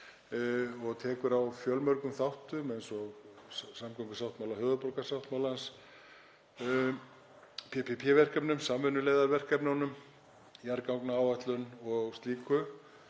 og tekur á fjölmörgum þáttum eins og samgöngusáttmála höfuðborgarsvæðisins, PPP-verkefnum, samvinnuleiðarverkefnunum, jarðgangaáætlun og slíku.